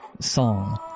song